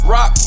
Rock